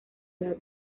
edad